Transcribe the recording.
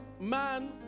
man